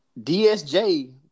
DSJ